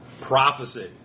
Prophecy